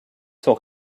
sont